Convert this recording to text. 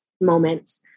moment